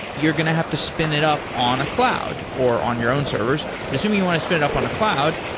you're going to have to spin it up on a cloud, or on your own servers. but assuming you want to spin it up on a cloud,